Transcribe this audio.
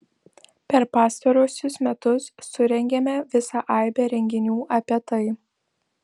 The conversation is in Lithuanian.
per pastaruosius metus surengėme visą aibę renginių apie tai